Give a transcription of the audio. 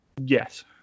Yes